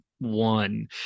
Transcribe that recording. One